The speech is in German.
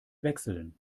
wechseln